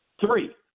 three